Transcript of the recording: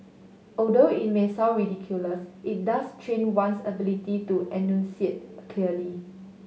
although it may sound ridiculous it does train one's ability to enunciate clearly